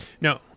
No